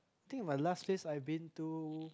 I think my last place I've been to